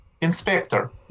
Inspector